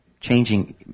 changing